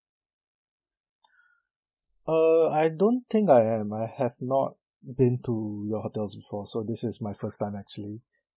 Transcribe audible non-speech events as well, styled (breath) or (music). (breath) uh I don't think I am I have not been to your hotels before so this is my first time actually